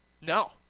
No